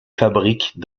fabriques